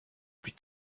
plus